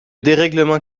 dérèglement